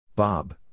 Bob